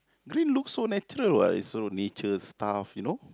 green looks so natural what it's so nature stuff you know